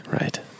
Right